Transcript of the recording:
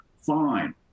fine